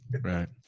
Right